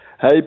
Hey